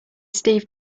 steve